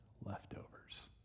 leftovers